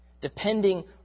depending